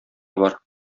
бар